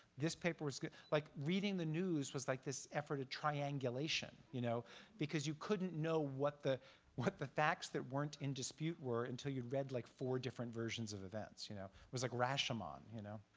this paper was going like, reading the news was like this effort of triangulation you know because you couldn't know what the what the facts that weren't in dispute were until you read like four different versions of events. it you know was like rashomon. you know